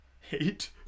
Hate